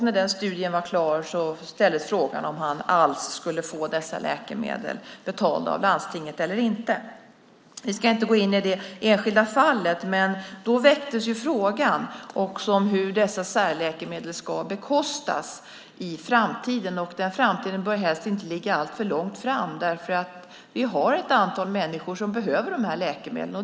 När studien var klar ställdes frågan om han alls skulle få dessa läkemedel betalda av landstinget. Vi ska inte gå in på det enskilda fallet, men då väcktes frågan om hur dessa särläkemedel ska bekostas i framtiden. Den framtiden bör helst inte ligga alltför långt bort, för vi har ett antal människor som behöver de här läkemedlen.